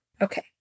Okay